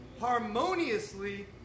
harmoniously